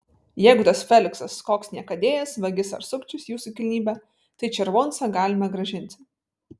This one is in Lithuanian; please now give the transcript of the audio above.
jeigu tas feliksas koks niekadėjas vagis ar sukčius jūsų kilnybe tai červoncą galime grąžinti